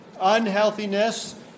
unhealthiness